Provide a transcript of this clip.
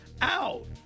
out